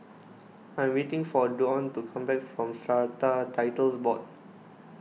I am waiting for Dawne to come back from Strata Titles Board